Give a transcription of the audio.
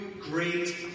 great